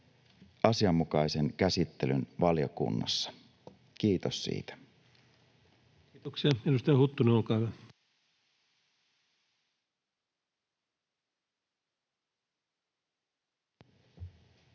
asianmukaisen käsittelyn valiokunnassa. Kiitos siitä. Kiitoksia. — Edustaja Huttunen, olkaa hyvä. Arvoisa